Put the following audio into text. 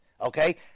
Okay